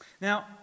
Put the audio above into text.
Now